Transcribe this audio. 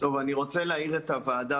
אני רוצה להעיר את תשומת לב הוועדה